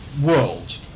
world